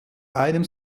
einem